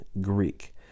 Greek